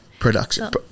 Production